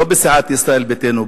לא בסיעת ישראל ביתנו,